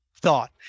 thought